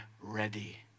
ready